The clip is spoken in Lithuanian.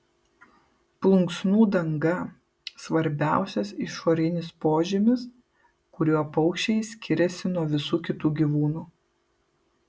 plunksnų danga svarbiausias išorinis požymis kuriuo paukščiai skiriasi nuo visų kitų gyvūnų